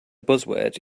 buzzword